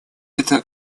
это